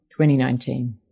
2019